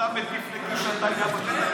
אתה מטיף לקיש כשאתה היית בחדר.